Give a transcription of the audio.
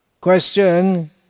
question